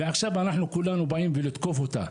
ועכשיו אנחנו כולנו באים לתקוף אותה.